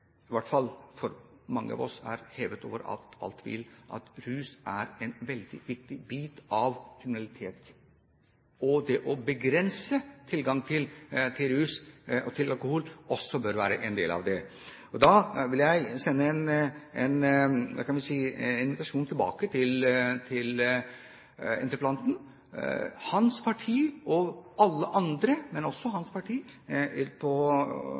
hvert fall for mange av oss, hevet over enhver tvil at rus er en veldig viktig bit av kriminalitet. Det å begrense tilgang til rus og alkohol bør også være en del av dette. Da vil jeg sende en invitasjon tilbake til interpellanten. Hans parti – og alle andre, men også hans parti